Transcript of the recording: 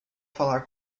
falar